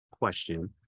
question